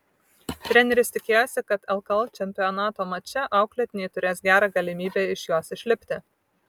treneris tikėjosi kad lkl čempionato mače auklėtiniai turės gerą galimybę iš jos išlipti